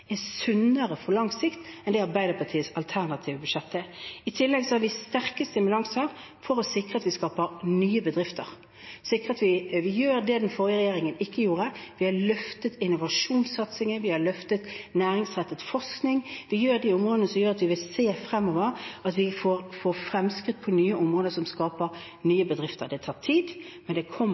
er sunnere på lang sikt enn det Arbeiderpartiets alternative budsjett er. I tillegg har vi sterke stimulanser for å sikre at vi skaper nye bedrifter, så vi gjør det den forrige regjeringen ikke gjorde. Vi har løftet innovasjonssatsingen, og vi har løftet næringsrettet forskning – på de områdene som gjør at vi fremover vil se at vi får fremskritt på nye områder som skaper nye bedrifter. Det tar tid, men det kommer